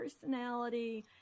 personality